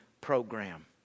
program